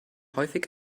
häufig